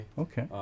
Okay